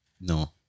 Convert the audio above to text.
No